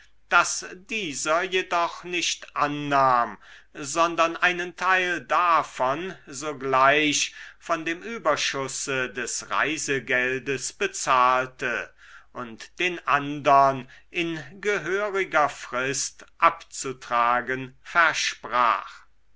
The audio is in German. das dieser jedoch nicht annahm sondern einen teil davon sogleich von dem überschusse des reisegeldes bezahlte und den andern in gehöriger frist abzutragen versprach